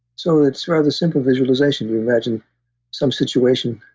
so it's rather simple visualization. you imagine some situation